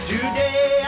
Today